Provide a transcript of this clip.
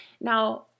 Now